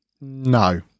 No